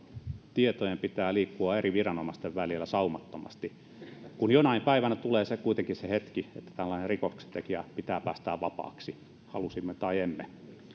tietojen pitää liikkua eri viranomaisten välillä saumattomasti kun jonain päivänä tulee kuitenkin se hetki että tällainen rikoksentekijä pitää päästää vapaaksi halusimme tai emme